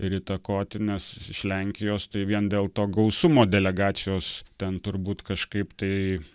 ir įtakoti nes iš lenkijos tai vien dėl to gausumo delegacijos ten turbūt kažkaip tai